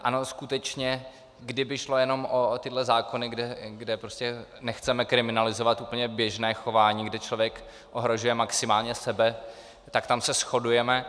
Ano, skutečně kdyby šlo jenom o tyhle zákony, kde prostě nechceme kriminalizovat úplně běžné chování, kde člověk ohrožuje maximálně sebe, tak tam se shodujeme.